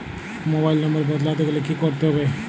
Mobile number বদলাতে গেলে কি করতে হবে?